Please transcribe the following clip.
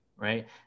Right